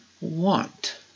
want